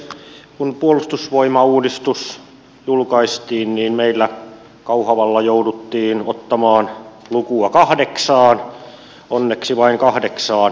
kun puolustusvoimauudistus julkaistiin niin meillä kauhavalla jouduttiin ottamaan lukua kahdeksaan onneksi vain kahdeksaan